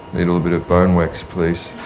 a little bit of bone wax, please.